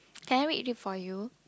can I read before you